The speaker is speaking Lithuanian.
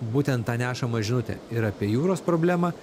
būtent tą nešamą žinutę ir apie jūros problemą